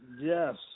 Yes